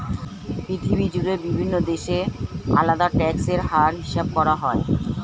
পৃথিবী জুড়ে বিভিন্ন দেশে আলাদা ট্যাক্স এর হার হিসাব করা হয়